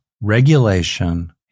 regulation